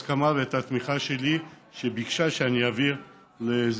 והיא באה וביקשה ממני שלא להתנגד לזה